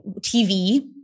TV